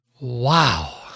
Wow